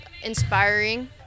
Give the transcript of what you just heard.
inspiring